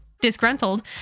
Disgruntled